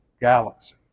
galaxy